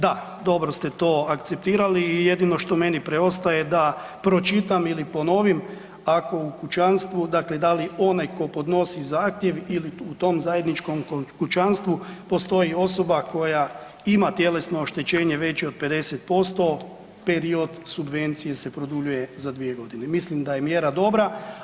Da, dobro ste to akceptirali i jedino što meni preostaje da pročitam ili da ponovim, ako u kućanstvu dakle da li onaj tko podnosi zahtjev ili u tom zajedničkom kućanstvu postoji osoba koja ima tjelesno oštećenje veće od 50% period subvencije se produljuje za dvije godine i mislim da je mjera dobra.